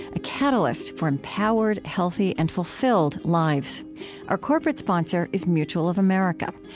a catalyst for empowered, healthy, and fulfilled lives our corporate sponsor is mutual of america.